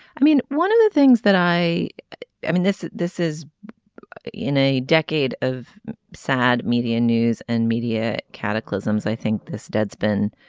i mean one of the things that i i mean this this is in a decade of sad media news and media cataclysms i think this deadspin